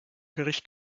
gericht